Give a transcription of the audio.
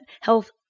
health